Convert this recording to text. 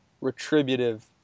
retributive